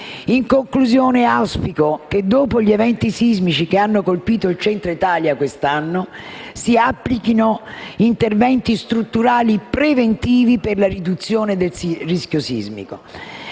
In conclusione, auspico che, dopo gli eventi sismici che hanno colpito il Centro Italia quest'anno, si applichino interventi strutturali preventivi per la riduzione del rischio sismico.